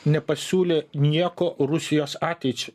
nepasiūlė nieko rusijos ateičiai